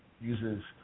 uses